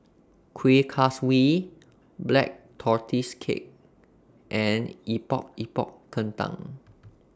Kuih Kaswi Black Tortoise Cake and Epok Epok Kentang